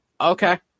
okay